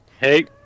Hey